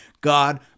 God